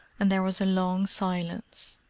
and there was a long silence.